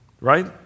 right